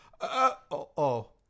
uh-oh